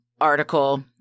article